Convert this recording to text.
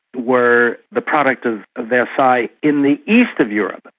were the product of versailles in the east of europe.